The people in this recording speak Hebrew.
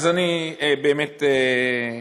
אמרת דברי תורה,